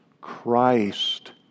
Christ